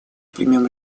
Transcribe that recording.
примем